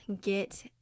get